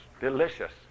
delicious